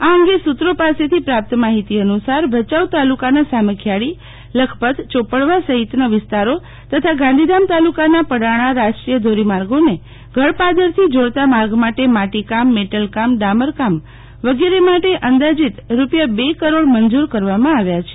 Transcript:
આ અંગે સુત્રો પાસેથી મળતી માહિતી અનુસાર ભયાઉ તાલુકાના સામખીયાળી લખપત યોપડવા સહિતના વિસ્તારો તથા ગાંધીધામ તાલીકાના પડાણા રાષ્ટ્રીય ધોરીમાર્ગને ગળપાદરથી જોડતા માર્ગ માટે માટીકામ મેટલકામ ડામર વગેરે માટે અંદાજીત બે કરોડ રૂપિયા મંજુર કરવામાં આવ્યા છે